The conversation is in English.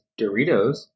Doritos